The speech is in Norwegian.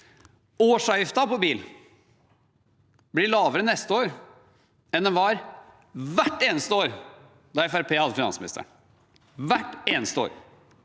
Årsavgiften på bil blir lavere neste år enn den var hvert eneste år da Fremskrittspartiet hadde finansministeren – hvert eneste år.